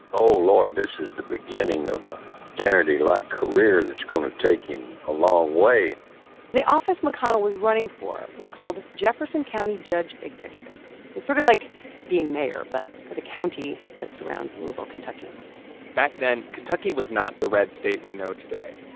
oh, lord, this is the beginning of a kennedy-like career that's going to take him a long way the office mcconnell was running for was called jefferson county judge executive. it was sort of like being mayor but for the county that surrounds louisville, ky back then, kentucky was not the red state we know today.